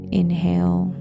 inhale